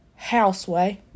houseway